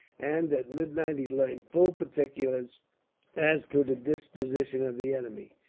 and at midnight he learned full particulars as to the disposition of the enemy.